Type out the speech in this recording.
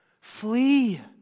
Flee